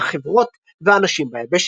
החברות והאנשים ביבשת.